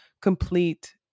complete